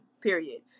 period